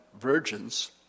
virgins